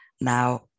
Now